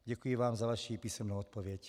Děkuji vám za vaši písemnou odpověď.